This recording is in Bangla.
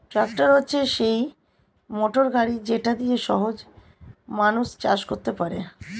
ট্র্যাক্টর হচ্ছে সেই মোটর গাড়ি যেটা দিয়ে সহজে মানুষ চাষ করতে পারে